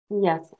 Yes